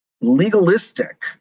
legalistic